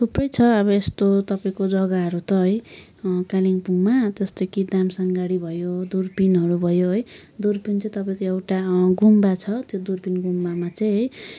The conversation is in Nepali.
थुप्रै छ अब यस्तो तपाईँको जग्गाहरू त है कालिम्पोङमा जस्तो कि दामसाङ गढी भयो दुर्पिनहरू भयो है दुर्पिन चाहिँ तपाईँको एउटा गुम्बा छ त्यो दुर्पिन गुम्बामा चाहिँ है